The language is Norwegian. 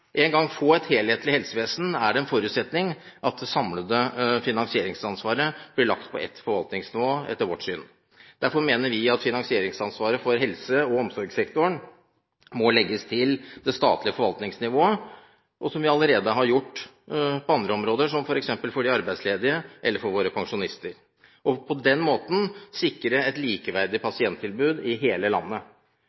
en gang få et helhetlig helsevesen, er det etter vårt syn en forutsetning at det samlede finansieringsansvaret blir lagt på ett forvaltningsnivå. Derfor mener vi at finansieringsansvaret for helse- og omsorgssektoren må legges til det statlige forvaltningsnivået, noe vi allerede har gjort på andre områder, f.eks. for de arbeidsledige eller for våre pensjonister, og på den måten sikre et likeverdig